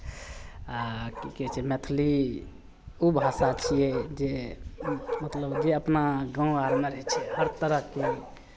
आ की कहै छै मैथिली भाषा छियै जे मतलब जे अपना गाँव आरमे रहै छै हर तरहके